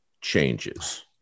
changes